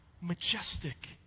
majestic